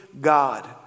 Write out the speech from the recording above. God